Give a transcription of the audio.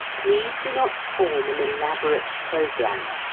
please do not form an elaborate programme.